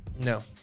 No